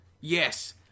Yes